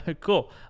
Cool